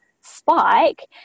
spike